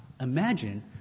Imagine